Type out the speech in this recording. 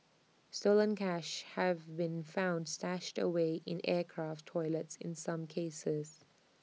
stolen cash have been found stashed away in aircraft toilets in some cases